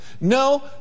No